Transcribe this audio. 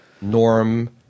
Norm